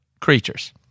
creatures